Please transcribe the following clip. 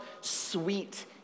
sweet